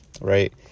right